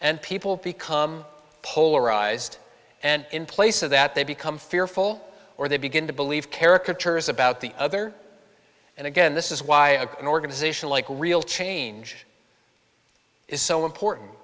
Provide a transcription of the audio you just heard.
and people become polarized and in place of that they become fearful or they begin to believe caricature is about the other and again this is why an organization like real change is so important